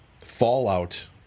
fallout